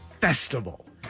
Festival